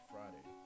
Friday